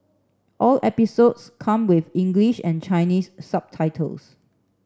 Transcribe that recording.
all episodes come with English and Chinese subtitles